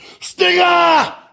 Stinger